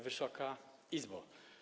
Wysoka Izbo!